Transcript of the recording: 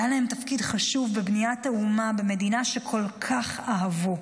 היה להם תפקיד חשוב בבניית האומה במדינה שכל כך אהבו.